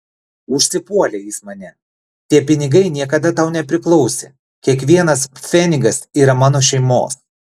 užsipuolė jis mane tie pinigai niekada tau nepriklausė kiekvienas pfenigas yra mano šeimos